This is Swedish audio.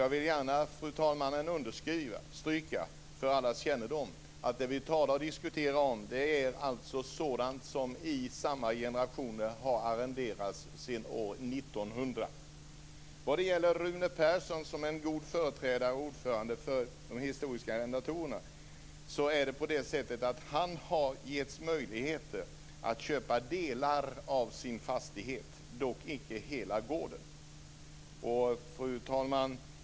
Jag vill gärna för allas kännedom understryka, fru talman, att det vi talar om och diskuterar alltså är sådana arrenden som i flera generationer har arrenderats sedan år 1900. Vad gäller Rune Persson som en god företrädare för arrendatorer av historiska arrenden, fru talman, har han getts möjlighet att köpa delar av sin fastighet, dock inte hela gården. Fru talman!